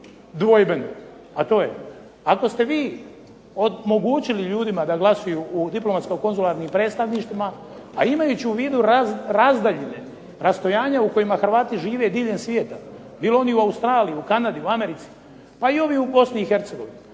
dvojbeno. Ako ste vi omogućili ljudima da glasuju u diplomatsko konzularnim predstavništvima, a imajući u vidu razdaljine, rastojanja u kojima Hrvati žive diljem svijeta, bili oni u Australiji, Kanadi, Americi, pa i ovi u Bosni i Hercegovini